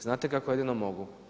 Znate kako jedino mogu?